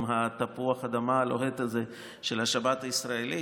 תפוח האדמה הלוהט הזה של השבת ישראלית,